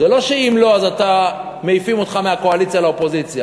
זה לא שאם לא אז אתה מעיפים אותך מהקואליציה לאופוזיציה.